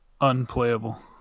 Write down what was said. Unplayable